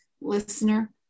listener